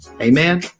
Amen